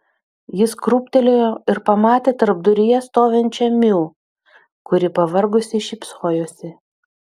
jis krūptelėjo ir pamatė tarpduryje stovinčią miu kuri pavargusi šypsojosi